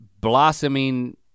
blossoming